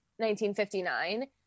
1959